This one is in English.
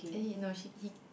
then he know she eat